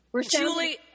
Julie